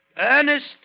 Ernest